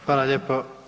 Hvala lijepo.